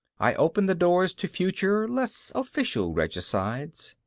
i open the doors to future, less official regicides.